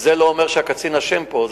זה לא אומר שהקצין אשם פה,